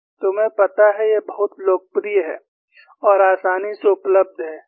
तुम्हें पता है यह बहुत लोकप्रिय है और आसानी से उपलब्ध है